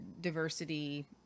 diversity